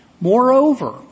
Moreover